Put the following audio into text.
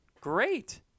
Great